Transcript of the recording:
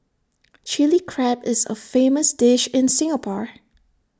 Chilli Crab is A famous dish in Singapore